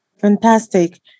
Fantastic